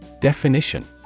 Definition